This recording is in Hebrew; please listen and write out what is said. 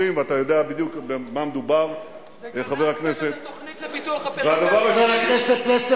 חבר הכנסת יואל חסון,